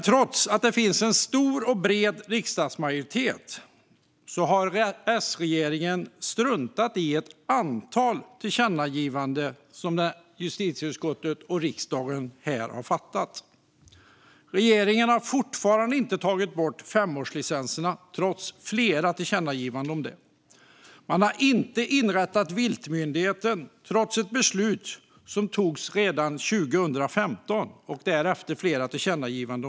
Trots att det finns en stor och bred riksdagsmajoritet på detta område har S-regeringen struntat i ett antal tillkännagivanden som riksdagen på justitieutskottets förslag har fattat beslut om. Regeringen har fortfarande inte tagit bort femårslicenserna, trots flera tillkännagivanden. Man har inte inrättat en viltmyndighet, trots ett beslut som togs redan 2015 och därefter flera tillkännagivanden.